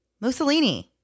Mussolini